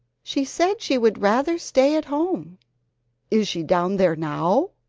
she said she would rather stay at home is she down there now?